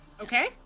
Okay